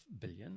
billion